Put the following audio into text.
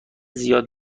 زیاد